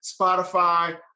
Spotify